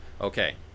okay